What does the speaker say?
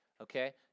okay